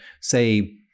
say